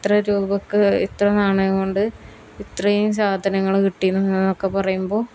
ഇത്ര രൂപക്ക് ഇത്ര നാണയം കൊണ്ട് ഇത്രയും സാധനങ്ങൾ കിട്ടിയെന്ന് എന്നൊക്കെ പറയുമ്പോൾ